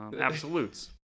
absolutes